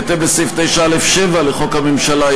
בהתאם לסעיף 9(א)(7) לחוק הממשלה,